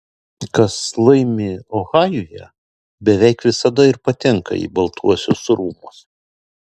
kas laimi ohajuje beveik visada ir patenka į baltuosius rūmus